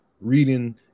reading